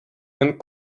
and